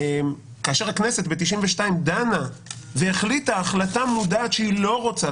כאשר הכנסת ב-92' דנה והחליטה החלטה מודעת שהיא לא רוצה,